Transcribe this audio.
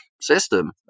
system